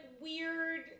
weird